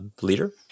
leader